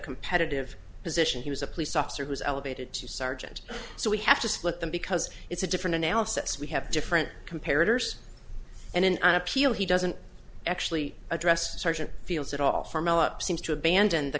competitive position he was a police officer who is elevated to sergeant so we have to split them because it's a different analysis we have different compared and an appeal he doesn't actually address sergeant fields at all from elop seems to abandon the